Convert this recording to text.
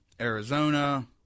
Arizona